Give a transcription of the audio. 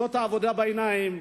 זאת עבודה בעיניים,